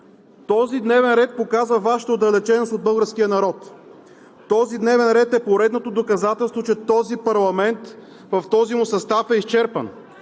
Този дневен ред показва Вашата отдалеченост от българския народ. Този дневен ред е поредното доказателство, че този парламент, в този му състав, е изчерпан,